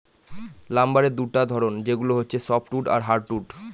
লাম্বারের দুটা ধরন, সেগুলো হচ্ছে সফ্টউড আর হার্ডউড